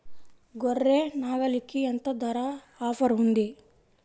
గొర్రె, నాగలికి ఎంత ధర ఆఫర్ ఉంది?